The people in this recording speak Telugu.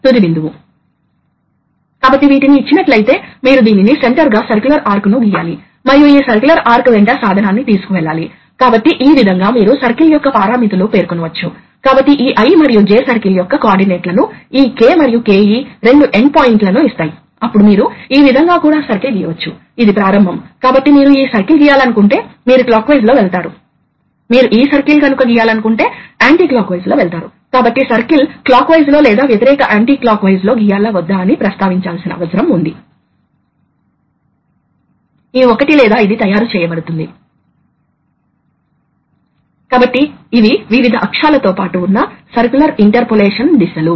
అది పూర్తిగా తెరిచి ఉంటే అప్పుడు ప్రెషర్ ఎగ్జాస్ట్ ప్రెషర్ కి దగ్గరగా ఉంటుంది మరియు అది కదులుతుంది మరియు ఈ కదలికలు మిల్లీమీటర్ల యొక్క ఫ్రేక్షన్స్ లో ఉంటాయి అప్పుడు మీరు చాలా ఎక్కువ సెన్సిటివిటీ వాల్వ్ యొక్క పైలట్ పోర్ట్ వద్ద ప్రెషర్ యొక్క అధిక గాయిన్ వేరియేషన్స్ కలిగి ఉంటారు మరియు వాల్వ్ మారవచ్చు కాబట్టి వాల్వ్స్ యాక్చుయేట్ చేయడానికి ఇంటర్ఫేస్లు సాధ్యమే